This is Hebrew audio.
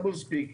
Doublespeak.